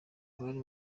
bari